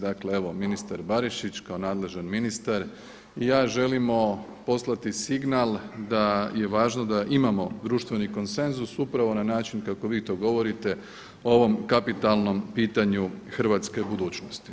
Dakle evo ministar Barišić kao nadležan ministar i ja želimo poslati signal da je važno da imamo društveni konsenzus upravo na način kako vi to govorite o ovom kapitalnom pitanju hrvatske budućnosti.